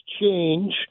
change